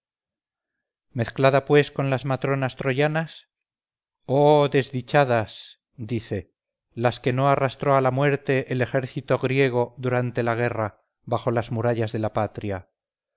mezclada pues con las matronas troyanas oh desdichadas dice las que no arrastró a la muerte el ejército friego durante la guerra bajo las murallas de la patria